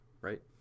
right